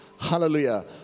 Hallelujah